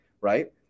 right